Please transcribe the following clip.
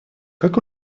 как